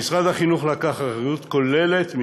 משרד החינוך לקח אחריות כוללת.